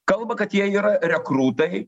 kalba kad jie yra rekrutai